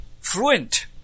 fluent